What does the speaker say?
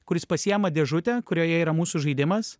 kuris pasiima dėžutę kurioje yra mūsų žaidimas